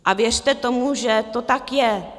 A věřte tomu, že to tak je.